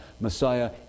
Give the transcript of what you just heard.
Messiah